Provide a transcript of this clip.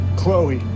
Chloe